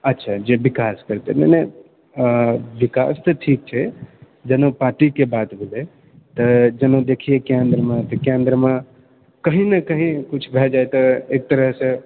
अच्छा जे विकास करतै मने विकास तऽ ठीक छै जेना पार्टीके बात भेलै तऽ जेना देखिऐ कैंप बेरमे तऽ कैंप बेरमे कही ने कही किछु भए जाए तऽ एक तरहसँ